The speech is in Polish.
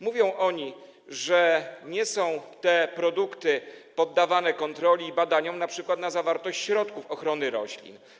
Mówią oni, że te produkty nie są poddawane kontroli i badaniom np. na zawartość środków ochrony roślin.